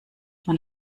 man